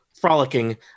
frolicking